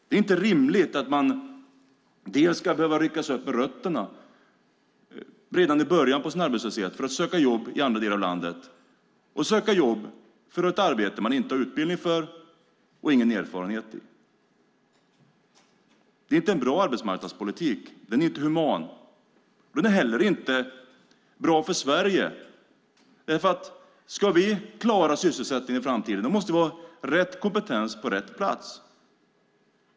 Det är inte rimligt att man ska behöva ryckas upp med rötterna redan i början av arbetslösheten för att söka jobb i andra delar av landet som man varken har utbildning för eller erfarenhet av. Det är ingen bra arbetsmarknadspolitik. Den är inte human. Den är heller inte bra för Sverige, för ska vi klara sysselsättningen i framtiden måste vi ha rätt kompetens på rätt plats.